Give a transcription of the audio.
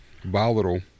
volatile